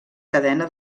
cadena